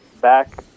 Back